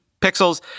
Pixels